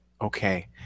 Okay